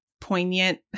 Poignant